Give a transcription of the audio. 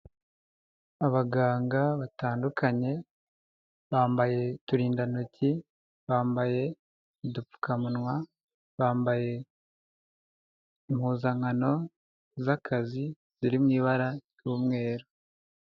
Abaganga batandukanye, bambaye uturindantoki, bambaye udupfukamunwa, bambaye impuzankano z'akazi ziri mu ibara ry'umweru.